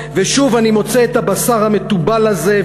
ושוב אני מוצא את הבשר המתובל הזה,